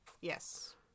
Yes